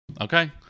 okay